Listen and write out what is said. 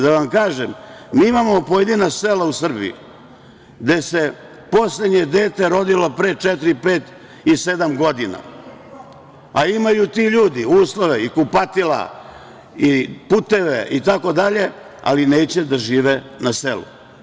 Da vam kažem, mi imamo pojedina sela u Srbije gde se poslednje dete rodilo pre četiri, pet i sedam godina, a imaju ti ljudi uslove i kupatila i puteve itd, ali neće da žive na selu.